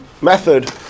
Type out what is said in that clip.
method